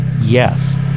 Yes